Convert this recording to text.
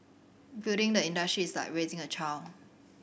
building the industry is like raising a child